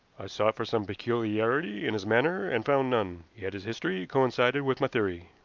i sought for some peculiarity in his manner, and found none. yet his history coincided with my theory.